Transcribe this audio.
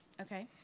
Okay